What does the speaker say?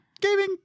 gaming